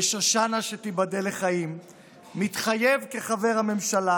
ושושנה, שתיבדל לחיים, מתחייב כחבר הממשלה